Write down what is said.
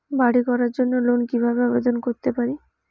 বাড়ি করার জন্য লোন কিভাবে আবেদন করতে পারি?